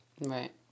Right